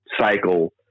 cycle